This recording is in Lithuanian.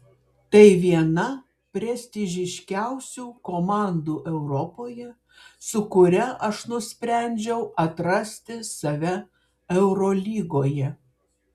tai viena prestižiškiausių komandų europoje su kuria aš nusprendžiau atrasti save eurolygoje